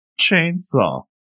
Chainsaw